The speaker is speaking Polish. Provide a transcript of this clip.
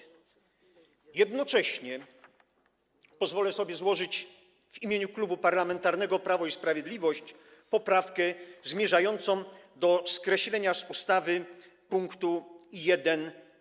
Jednocześnie pozwolę sobie złożyć w imieniu Klubu Parlamentarnego Prawo i Sprawiedliwość poprawkę zmierzającą do skreślenia z ustawy pkt 1d.